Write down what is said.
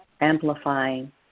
amplifying